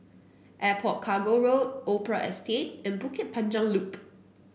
Airport Cargo Road Opera Estate and Bukit Panjang Loop